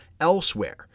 elsewhere